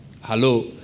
Hello